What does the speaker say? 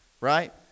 right